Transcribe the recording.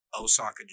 Osaka